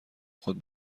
خود